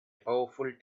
powerful